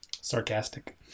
Sarcastic